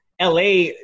LA